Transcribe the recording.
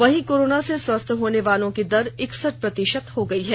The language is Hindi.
वहीं कोरोना से स्वस्थ होने वालों की दर इकसेठ प्रतिशत हो गई है